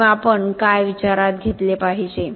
किंवा आपण काय विचारात घेतले पाहिजे